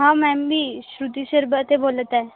हां मॅम मी श्रुती शिरबाते बोलत आहे